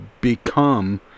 become